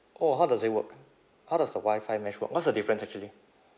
oh how does it work how does the wi-fi mesh work what's the difference actually